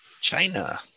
China